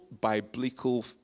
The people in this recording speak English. biblical